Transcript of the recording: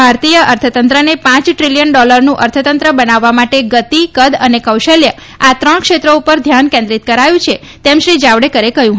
ભારતીય અર્થતંત્રને પાંચ દ્રિલીયન ડોલરનું અર્થતંત્ર બનાવવા માટે ગતિ કદ અને કૌશલ્ય આ ત્રણ ક્ષેત્રો ઉપર ધ્યાન કેન્દ્રિત કરાયું છે તેમ શ્રી જાવડેકરે કહ્યું